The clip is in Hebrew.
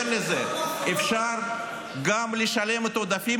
------- אפשר גם לשלם את העודפים